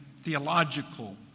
theological